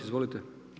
Izvolite.